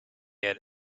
had